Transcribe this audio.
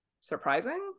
surprising